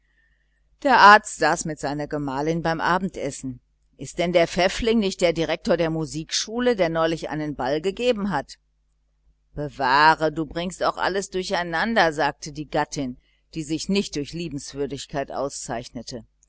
der arzt saß schon mit seiner gemahlin beim abendessen ist denn der pfäffling nicht der direktor der musikschule der neulich einen ball gegeben hat bewahre du bringst auch alles durcheinander sagte die gattin die sich nicht durch liebenswürdigkeit auszeichnete